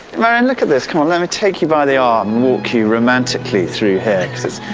marianne, look at this, come on, let me take you by the arm, walk you romantically through here,